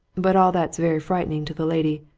but all that's very frightening to the lady,